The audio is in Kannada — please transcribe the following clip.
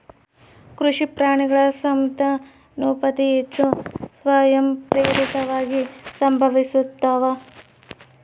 ಕೃಷಿ ಪ್ರಾಣಿಗಳ ಸಂತಾನೋತ್ಪತ್ತಿ ಹೆಚ್ಚು ಸ್ವಯಂಪ್ರೇರಿತವಾಗಿ ಸಂಭವಿಸ್ತಾವ